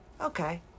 okay